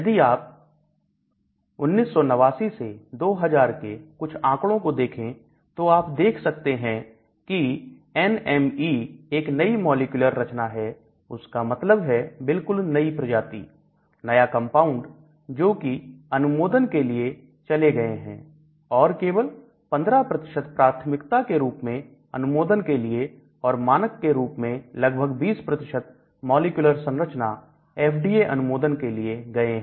यदि आप 1989 से 2000 के कुछ आंकड़ों को देखें तो आप देख सकते हैं की NME एक नई मॉलिक्यूलर रचना है उसका मतलब है बिल्कुल नई प्रजाति नया कंपाउंड जोकि अनुमोदन के लिए चले गए हैं और केवल 15 प्राथमिकता के रूप में अनुमोदन के लिए और मानक के रूप में लगभग 20 मॉलिक्यूलर संरचना FDA अनुमोदन के लिए गए हैं